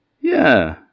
Yeah